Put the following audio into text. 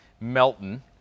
Melton